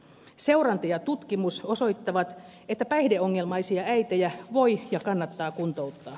seuranta ja tutkimus osoittavat että päihdeongelmaisia äitejä voi ja kannattaa kuntouttaa